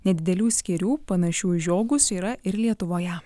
nedidelių skėrių panašių į žiogus yra ir lietuvoje